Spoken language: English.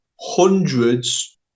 hundreds